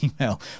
email